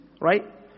Right